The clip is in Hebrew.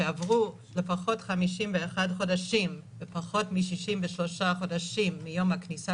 שעברו לפחות 51 חודשים ופחות מ-63 חודשים מיום הכניסה